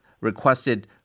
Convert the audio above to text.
requested